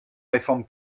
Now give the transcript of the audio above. réforme